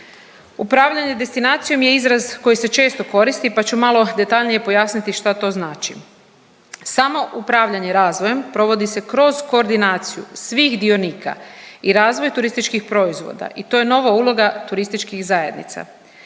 Upravljanje destinacijom je izraz koji se često koristi pa ću malo detaljnije pojasniti šta to znači. Samo upravljanje razvojem provodi se kroz koordinaciju svih dionika i razvoj turističkih proizvoda i to je nova uloga turističkih zajednica.